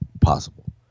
possible